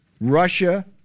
russia